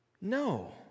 No